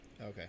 okay